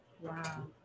Wow